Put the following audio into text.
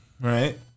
right